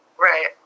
Right